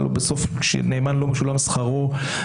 כשלא משולם שכר לנאמן,